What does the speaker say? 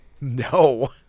No